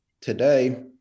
today